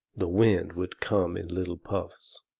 the wind would come in little puffs,